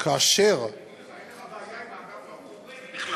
אין לך בעיה עם האגף ההוא, הוא ריק בכלל.